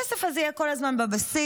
הכסף הזה יהיה כל הזמן בבסיס,